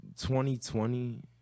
2020